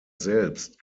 selbst